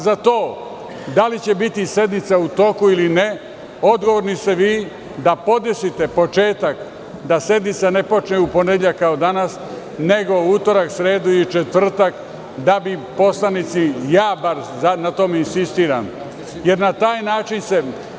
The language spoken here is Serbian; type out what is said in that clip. Za to da li će biti sednica u toku ili ne, odgovorni ste vi da podesite početak da sednica ne počne u ponedeljak, kao danas, nego u utorak, sredu i četvrtak da bi poslanici, ja bar na tome insistiram, jer na taj način se…